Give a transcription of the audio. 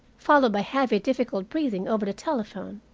followed by heavy difficult breathing, over the telephone,